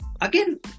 Again